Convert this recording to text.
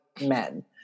men